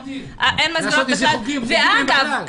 אגב,